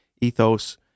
ethos